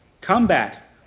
combat